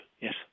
Yes